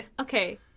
Okay